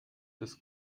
des